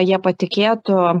jie patikėtų